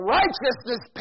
righteousness